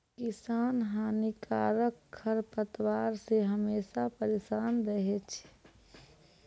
किसान हानिकारक खरपतवार से हमेशा परेसान रहै छै